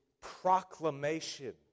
proclamation